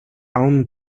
own